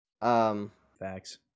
Facts